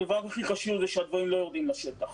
לא עובדים בשטח.